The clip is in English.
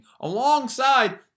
alongside